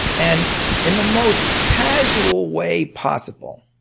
and in the most causal way possible,